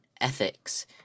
ethics